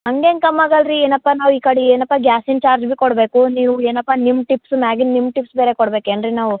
ಹಂಗೆ ಹೆಂಗೆ ಕಮ್ಮಿ ಆಗಲ್ಲ ರೀ ಏನಪ್ಪ ನಾವು ಈ ಕಡೆ ಏನಪ್ಪ ಗ್ಯಾಸಿನ ಚಾರ್ಜ್ ಭಿ ಕೊಡಬೇಕು ನೀವು ಏನಪ್ಪ ನಿಮ್ಮ ಟಿಪ್ಸು ಮ್ಯಾಲಿನ ನಿಮ್ಮ ಟಿಪ್ಸ್ ಬೇರೆ ಕೊಡ್ಬೇಕೇನು ರೀ ನಾವು